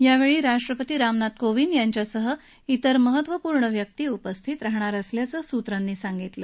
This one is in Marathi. यावेळी राष्ट्रपती रामनाथ कोविंद यांच्यासह अन्य महत्त्वपूर्ण व्यक्ति उपस्थित राहणार असल्याचं सूत्रांनी सांगितलं